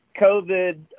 COVID